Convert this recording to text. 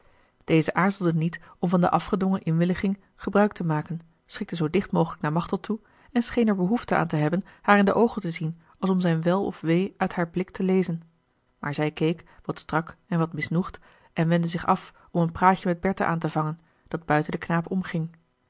deze aarzelde niet om van de afgedwongen inwilliging gebruik te maken schikte zoo dicht mogelijk naar machteld toe en scheen er behoefte aan te hebben haar in de oogen te zien als om zijn wel of wee uit haar blik te lezen maar zij keek wat strak en wat misnoegd en wendde zich af om een praatje met bertha aan te vangen dat buiten den knaap omging